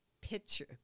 picture